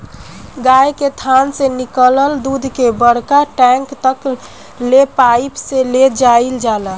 गाय के थान से निकलल दूध के बड़का टैंक तक ले पाइप से ले जाईल जाला